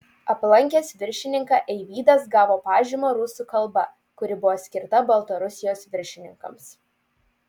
aplankęs viršininką eivydas gavo pažymą rusų kalba kuri buvo skirta baltarusijos viršininkams